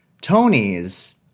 Tony's